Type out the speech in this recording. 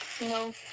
No